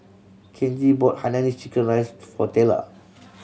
Kenji bought hainanese chicken rice for Tella